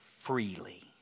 freely